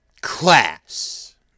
class